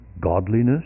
godliness